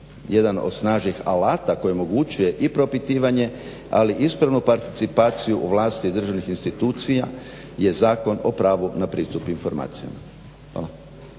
Jedan od snažnih alata koji omogućuje i propitivanje, ali i ispravnu participaciju vlasti i državnih institucija je Zakon o pravu na pristup informacijama.